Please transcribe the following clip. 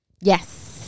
yes